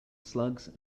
slugs